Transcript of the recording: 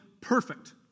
perfect